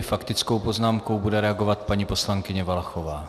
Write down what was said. Faktickou poznámkou bude reagovat paní poslankyně Valachová.